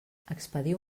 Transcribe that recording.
expediu